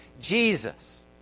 Jesus